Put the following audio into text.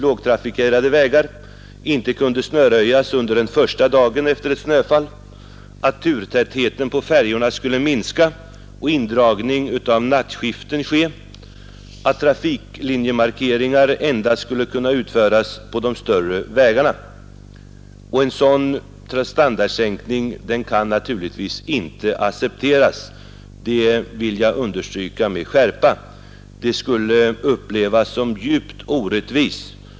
Lågtrafikerade vägar skulle då inte kunna snöröjas under första dagen efter ett snöfall, turtätheten på färjorna skulle minska och nattskiften dras in. Trafiklinjemarkeringar skulle endast kunna utföras på de större vägarna. En sådan standardsänkning kan naturligtvis inte accepteras, det vill jag understryka med skärpa. Det skulle upplevas som djupt orättvist.